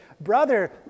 Brother